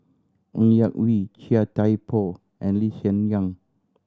Ng Yak Whee Chia Thye Poh and Lee Hsien Yang